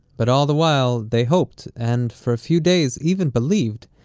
but all the while they hoped, and, for a few days even believed,